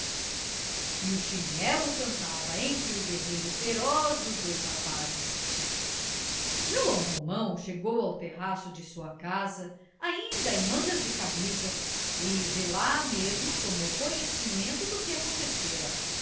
e o chinelo cantava entre o berreiro feroz dos dois rapazes joão romão chegou ao terraço de sua casa ainda em mangas de camisa e de lá mesmo tomou conhecimento do que acontecera